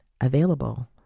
available